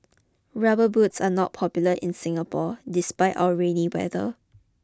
rubber boots are not popular in Singapore despite our rainy weather